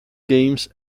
games